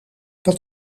dat